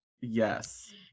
Yes